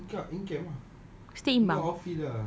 stay in bunk stay in bunk